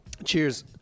Cheers